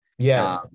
Yes